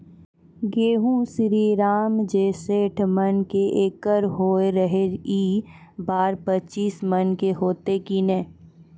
गेहूँ श्रीराम जे सैठ मन के एकरऽ होय रहे ई बार पचीस मन के होते कि नेय?